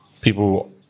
people